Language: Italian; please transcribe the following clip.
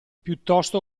piuttosto